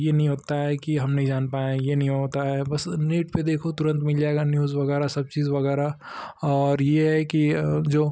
यह नहीं होता है कि हम नहीं जान पाए यह नहीं होता है बस नेट पर देखो तुरन्त मिल जाएगा न्यूज़ वग़ैरह सब चीज़ वग़ैरह और यह है कि और जो